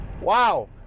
wow